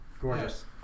Gorgeous